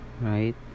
right